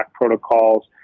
protocols